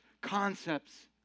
concepts